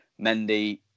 Mendy